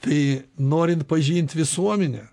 tai norint pažint visuomenę